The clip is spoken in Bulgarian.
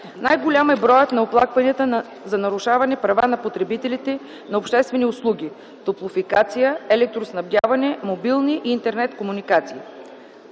Най-голям е броят на оплакванията за нарушаване правата на потребителите на обществени услуги – топлофикация, електроснабдяване, мобилни и интернет-комуникации.